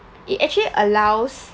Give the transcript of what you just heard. it actually allows